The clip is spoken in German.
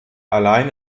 allein